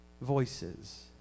voices